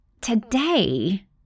today